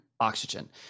Oxygen